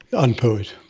and poet,